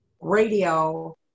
radio